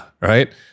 right